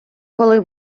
коли